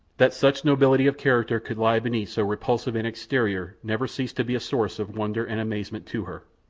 that such nobility of character could lie beneath so repulsive an exterior never ceased to be a source of wonder and amazement to her,